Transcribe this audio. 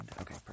Okay